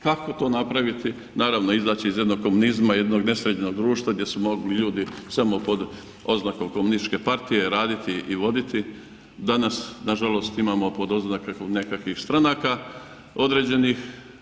Kako to napraviti, naravno izaći iz jednog komunizma, jednog nesređenog društva gdje su mogli ljudi samo pod oznakom komunističke partije raditi i voditi, danas, nažalost imamo pod oznake nekakvih stranaka određenih.